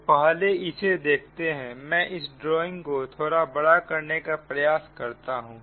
तो पहले इसे देखते हैं मैं इस ड्राइंग को थोड़ा बड़ा करने का प्रयास करता हूं